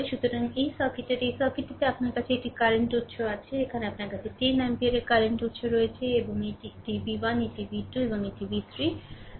সুতরাং এই সার্কিটের এই সার্কিটটিতে আপনার কাছে একটি কারেন্ট উত্স আছে এখানে আপনার কাছে 10 অ্যাম্পিয়ারের কারেন্ট উত্স রয়েছে এবং এটি এটি v1 এটি v2 এবং এটি v3